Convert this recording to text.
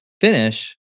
finish